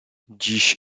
dziś